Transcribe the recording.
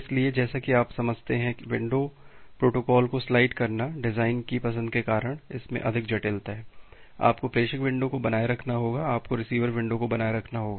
इसलिए जैसा कि आप समझते हैं विंडो प्रोटोकॉल को स्लाइड करना डिजाइन की पसंद के कारण इसमें अधिक जटिलता है आपको प्रेषक विंडो को बनाए रखना होगा आपको रिसीवर विंडो को बनाए रखना होगा